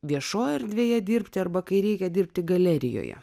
viešoj erdvėje dirbti arba kai reikia dirbti galerijoje